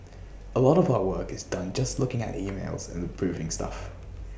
A lot of our work is done just looking at emails and approving stuff